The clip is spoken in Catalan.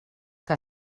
que